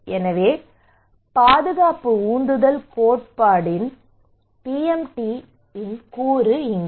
எனவே பாதுகாப்பு உந்துதல் கோட்பாட்டின் PMT இன் கூறு இங்கே